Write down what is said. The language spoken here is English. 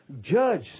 judge